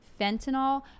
fentanyl